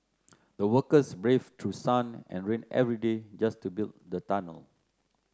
the workers braved through sun and rain every day just to build the tunnel